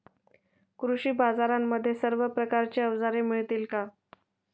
कृषी बाजारांमध्ये सर्व प्रकारची अवजारे मिळतील का?